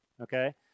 Okay